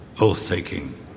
oath-taking